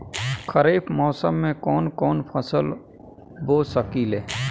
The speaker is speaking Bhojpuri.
खरिफ मौसम में कवन कवन फसल बो सकि ले?